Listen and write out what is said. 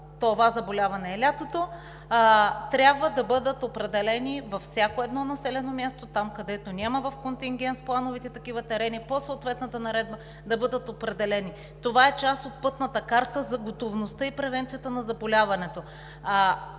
Това е част от пътната карта за готовността и превенцията на заболяването.